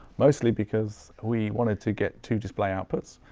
mostly because we wanted to get two display outputs,